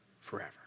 forever